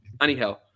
anyhow